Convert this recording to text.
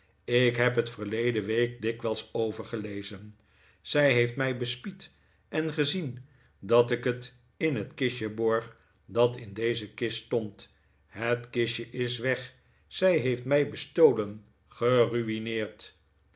ik heb het verleden week dikwijls overgelezen zij heeft mij bespied en gezien dat ik het in het kistje borg dat in deze kist stond het kistje is weg zij heeft mij bestolen gerui'neerd